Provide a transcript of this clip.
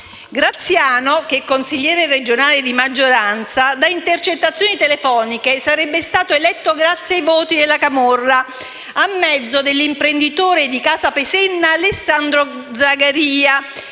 Graziano, che è consigliere regionale di maggioranza, da intercettazioni telefoniche sarebbe stato eletto grazie ai voti della camorra, a mezzo dell'imprenditore di Casapesenna Alessandro Zagaria,